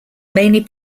mainly